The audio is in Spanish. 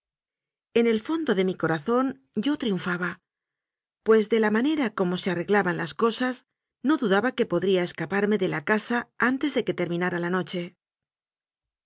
en el fondo de mi corazón yo triunfaba pues de la manera como se arreglaban las cosas no dudaba que podría esca parme de la casa antes de que terminara la nocbe